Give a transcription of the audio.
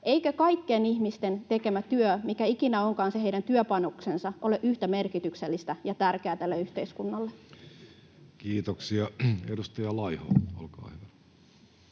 eikö kaikkien ihmisten tekemä työ, mikä ikinä onkaan se heidän työpanoksensa, ole yhtä merkityksellistä ja tärkeää tälle yhteiskunnalle? Kiitoksia. — Edustaja Laiho, olkaa hyvä.